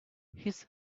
his